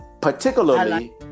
particularly